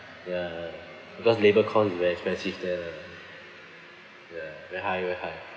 ya because labour cost is very expensive there lah ya very high very high